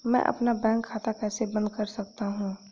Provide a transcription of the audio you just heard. मैं अपना बैंक खाता कैसे बंद कर सकता हूँ?